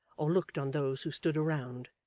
or looked on those who stood around,